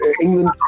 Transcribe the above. England